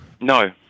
No